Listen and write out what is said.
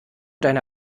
deine